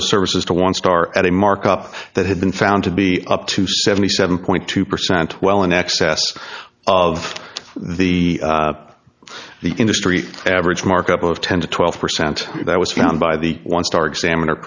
the services to one star at a markup that had been found to be up to seventy seven point two percent well in excess of the the industry average markup of ten to twelve percent that was found by the one star examiner